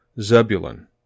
Zebulun